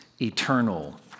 eternal